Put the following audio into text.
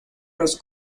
los